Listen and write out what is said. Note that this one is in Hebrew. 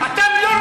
אתם לא,